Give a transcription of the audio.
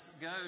go